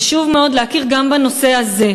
וחשוב מאוד להכיר גם בנושא הזה.